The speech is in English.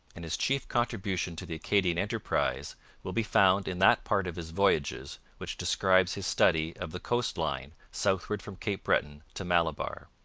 and his chief contribution to the acadian enterprise will be found in that part of his voyages which describes his study of the coast-line southward from cape breton to malabar.